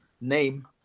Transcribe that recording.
name